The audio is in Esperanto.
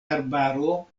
arbaro